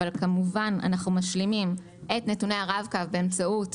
אבל כמובן אנחנו משלימים את נתוני הרב-קו באמצעות